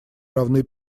равны